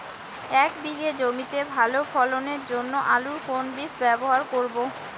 এক বিঘে জমিতে ভালো ফলনের জন্য আলুর কোন বীজ ব্যবহার করব?